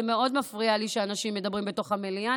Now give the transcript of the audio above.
זה מאוד מפריע לי שאנשים מדברים בתוך המליאה.